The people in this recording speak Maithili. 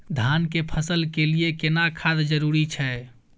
धान के फसल के लिये केना खाद जरूरी छै?